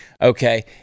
Okay